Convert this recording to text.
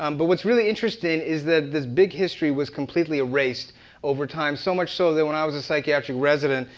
um but what's really interesting is that this big history was completely erased over time, so much so that when i was a psychiatric resident,